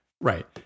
Right